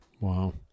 Wow